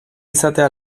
izatea